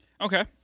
Okay